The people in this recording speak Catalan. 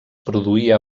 produïa